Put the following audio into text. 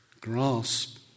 grasp